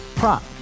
Prop